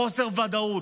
חוסר ודאות,